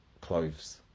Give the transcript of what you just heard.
clothes